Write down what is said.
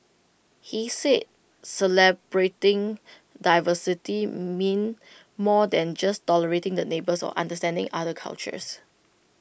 he said celebrating diversity meant more than just tolerating the neighbours or understanding other cultures